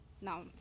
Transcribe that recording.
Now